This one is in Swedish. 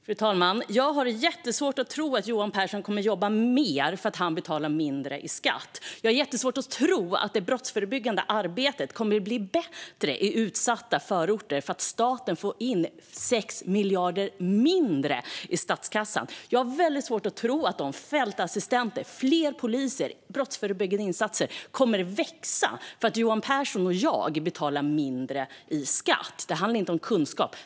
Fru talman! Jag har jättesvårt att tro att Johan Pehrson kommer att jobba mer för att han betalar mindre i skatt. Jag har jättesvårt att tro att det brottsförebyggande arbetet kommer att bli bättre i utsatta förorter för att staten får in 6 miljarder mindre i statskassan. Jag har väldigt svårt att tro att det kommer att bli mer av fältassistenter, poliser och brottsförebyggande insatser för att Johan Pehrson och jag betalar mindre i skatt. Det handlar inte om kunskap.